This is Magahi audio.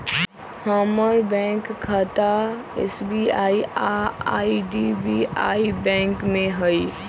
हमर बैंक खता एस.बी.आई आऽ आई.डी.बी.आई बैंक में हइ